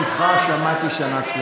למה, ככה.